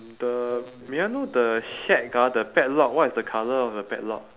the may I know the shack ah the padlock what is the colour of the padlock